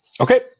Okay